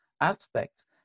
aspects